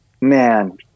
man